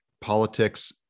politics